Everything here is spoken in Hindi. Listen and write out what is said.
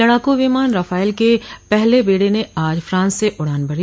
लड़ाकू विमान रफाल के पहले बेड़े ने आज फ्रांस से उडान भरी